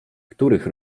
których